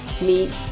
meet